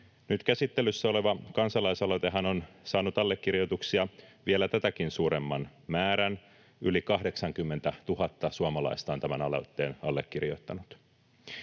Nyt käsittelyssä oleva kansalaisaloitehan on saanut allekirjoituksia vielä tätäkin suuremman määrän: yli 80 000 suomalaista on tämän aloitteen allekirjoittanut.